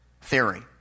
theory